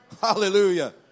Hallelujah